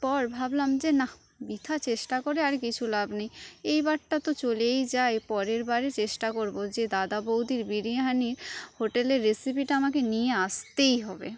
পর ভাবলাম যে নাহ বৃথা চেষ্টা করে আর কিছু লাভ নেই এইবারটা তো চলেই যাই পরেরবারে চেষ্টা করব যে দাদা বৌদির বিরিয়ানি হোটেলের রেসিপিটা আমাকে নিয়ে আসতেই হবে